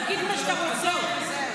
תגיד מה שאתה רוצה --- באמת,